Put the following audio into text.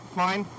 fine